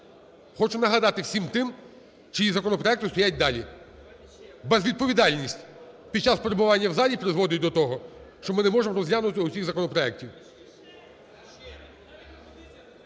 Хочу нагадати всім тим, чиї законопроекти стоять далі: безвідповідальність під час перебування в залі призводить до того, що не можемо розглянути усіх законопроектів.